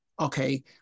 okay